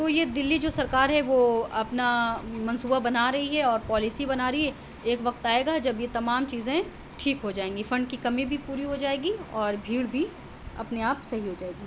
تو یہ دلی جو سرکار ہے وہ اپنا منصوبہ بنا رہی ہے اور پالیسی بنا رہی ہے ایک وقت آئے گا جب یہ تمام چیزیں ٹھیک ہو جائیں گی فنڈ کی کمی بھی پوری ہو جائے گی اور بھیڑ بھی اپنے آپ صحیح ہو جائے گی